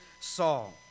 Saul